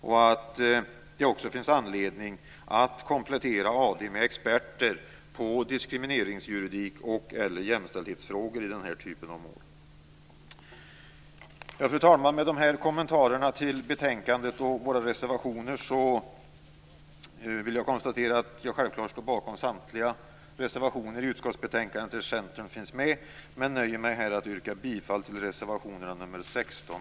Det finns också anledning att i den här typen av mål komplettera AD Fru talman! Med de här kommentarerna till betänkandet och våra reservationer vill jag konstatera att jag självfallet står bakom samtliga reservationer till utskottsbetänkandet där Centern finns med men att jag nöjer mig med att yrka bifall till reservationerna nr 16